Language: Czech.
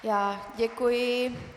Já děkuji.